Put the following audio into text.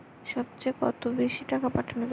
সব চেয়ে কত বেশি টাকা পাঠানো যাবে?